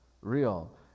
real